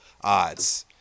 odds